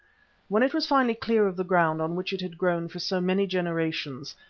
when it was finally clear of the ground on which it had grown for so many generations,